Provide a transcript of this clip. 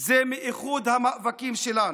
זה מאיחוד המאבקים שלנו.